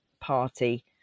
party